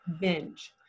binge